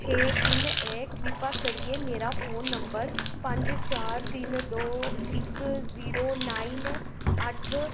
छे तिन ऐ कृपा करियै मेरा फोन नम्बर पंज चार तिन दो इक जीरो नाइन अट्ठ